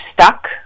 stuck